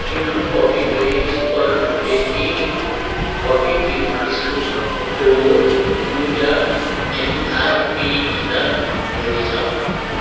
किन coffee joy super tasty coffee thins बिस्कुटको मूल्य एमआरपीभन्दा बढी छ